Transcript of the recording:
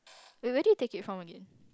eh where did you take it from again